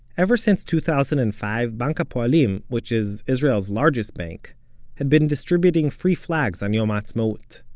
ever since two thousand and five, bank ha'poalim which is israel's largest bank had been distributing free flags on yom ha'atzmaut.